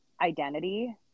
identity